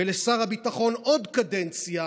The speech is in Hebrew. ולשר הביטחון עוד קדנציה,